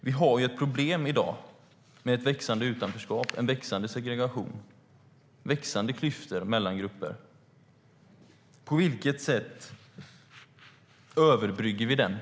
Det finns ett problem i dag med ett växande utanförskap, en växande segregation och växande klyftor mellan grupper. På vilket sätt överbryggar vi klyftorna?